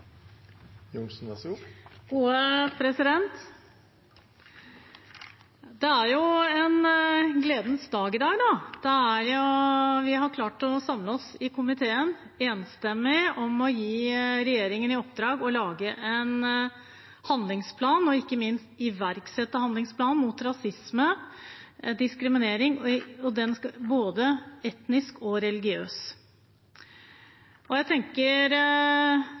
en gledens dag i dag. Vi har klart å samle oss, enstemmig, i komiteen om å gi regjeringen i oppdrag å lage en handlingsplan mot rasisme og etnisk og religiøs diskriminering – og ikke minst iverksette handlingsplanen.